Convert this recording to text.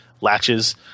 latches